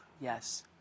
yes